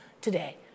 today